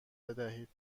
بدهید